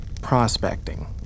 prospecting